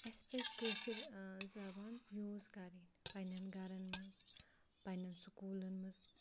اَسہِ پَزِ کٲشِر زبان یوٗز کَرٕنۍ پںٛنٮ۪ن گَرَن منٛز پنٛںٮ۪ن سکوٗلَن منٛز